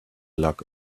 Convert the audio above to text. luck